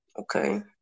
Okay